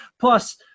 plus